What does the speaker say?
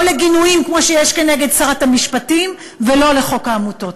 לגינויים כמו שיש כנגד שרת המשפטים ולא לחוק העמותות.